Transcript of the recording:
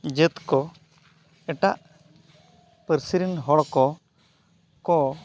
ᱡᱟᱹᱛ ᱠᱚ ᱮᱴᱟᱜ ᱯᱟᱹᱨᱥᱤ ᱨᱮᱱ ᱦᱚᱲ ᱠᱚ ᱠᱚ